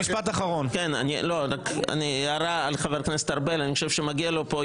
אני חושב שמגיע יחס מיוחד לחבר הכנסת ארבל היום בוועדה,